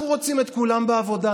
אנחנו רוצים את כולם בעבודה,